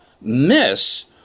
miss